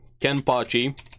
Kenpachi